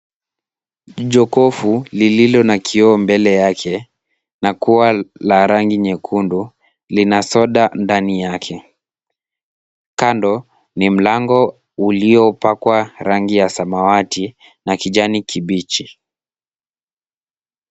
Jokofu lililo na kio mbele yake na kuwa la rangi nyekundu lina soda ndani yake. Kando ni mlango uliopakwa rangi ya samawati na kijani kibichi.